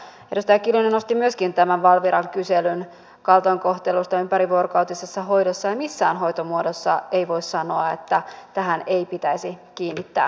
edustaja kiljunen nosti myöskin tämän valviran kyselyn kaltoinkohtelusta ympärivuorokautisessa hoidossa ja missään hoitomuodossa ei voi sanoa että tähän ei pitäisi kiinnittää huomiota